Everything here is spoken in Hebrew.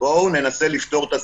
בואו ננסה לפתור את הסכסוך.